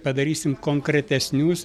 padarysim konkretesnius